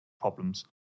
problems